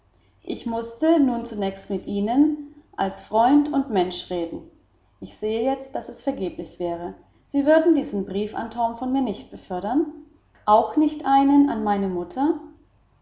ich mußte nun zunächst mit ihnen als freund und mensch reden ich sehe jetzt daß es vergeblich wäre sie würden diesen brief an torm von mir nicht befördern auch nicht einen an meine mutter